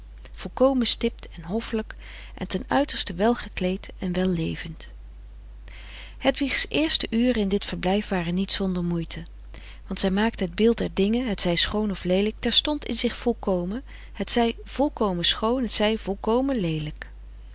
volkomen stipt en hoffelijk en ten uiterste wel gekleed en wel levend hedwigs eerste uren in dit verblijf waren niet zonder moeite want zij maakte het beeld der dingen hetzij schoon of leelijk terstond in zich volkomen hetzij volkomen schoon hetzij volkomen leelijk